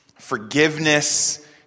forgiveness